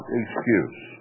excuse